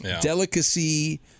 delicacy